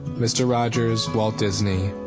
mr. rogers, walt disney,